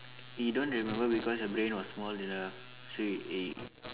you don't remember because your brain was small enough so you y~